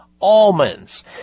almonds